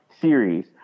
series